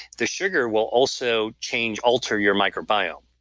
the sugar will also change, alter your microbiome,